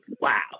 wow